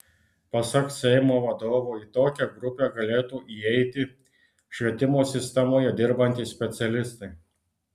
pasak seimo vadovo į tokią grupę galėtų įeiti švietimo sistemoje dirbantys specialistai